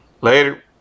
Later